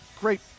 great